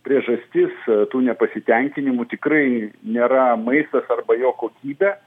priežastis tų nepasitenkinimų tikrai nėra maistas arba jo kokybė